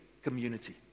Community